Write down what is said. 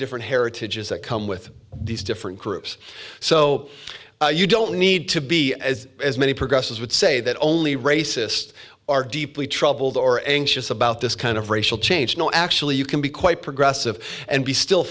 different heritages that come with these different groups so you don't need to be as many progress as would say that only racist are deeply troubled or anxious about this kind of racial change no actually you can be quite progressive and be still